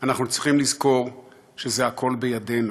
אנחנו צריכים לזכור שזה הכול בידנו: